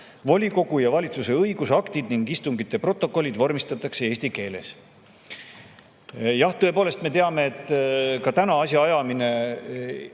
Volikogu ja valitsuse õigusaktid ning istungite protokollid vormistatakse eesti keeles.""Jah, me teame, et reeglina asjaajamine